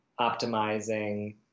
optimizing